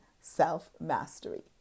self-mastery